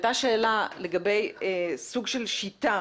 הייתה שאלה לגבי סוג של שיטה,